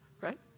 right